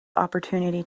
opportunity